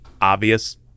obvious